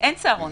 אין צהרונים,